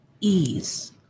ease